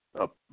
up